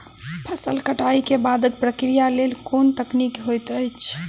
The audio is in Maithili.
फसल कटाई केँ बादक प्रक्रिया लेल केँ कुन तकनीकी होइत अछि?